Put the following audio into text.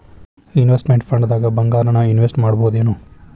Investment ಫಂಡ್ದಾಗ್ ಭಂಗಾರಾನ invest ಮಾಡ್ಬೊದೇನು?